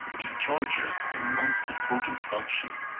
discharges a most important function.